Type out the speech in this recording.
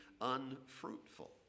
unfruitful